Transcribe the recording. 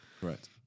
Correct